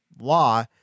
law